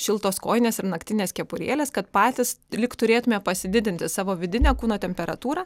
šiltos kojinės ir naktinės kepurėlės kad patys lyg turėtume pasididinti savo vidinę kūno temperatūrą